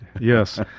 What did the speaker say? Yes